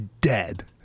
Dead